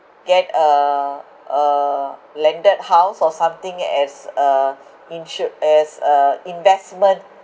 get a a landed house or something as a insur~ as a investment